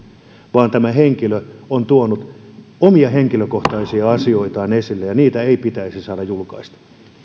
vaan tämä henkilö on tuonut omia henkilökohtaisia asioitaan esille ja niitä ei pitäisi saada julkaista